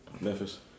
Memphis